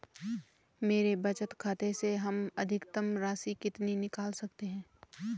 मेरे बचत खाते से हम अधिकतम राशि कितनी निकाल सकते हैं?